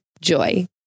Joy